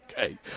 Okay